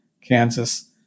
Kansas